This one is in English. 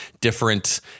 different